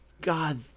God